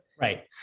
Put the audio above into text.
right